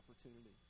opportunity